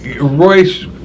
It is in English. Royce